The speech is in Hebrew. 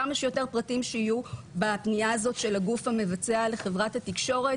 כמה שיותר פרטים שיהיו בפניה של הגוף המבצע לחברת התקשורת,